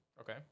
okay